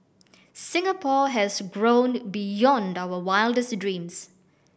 Singapore has grown beyond our wildest dreams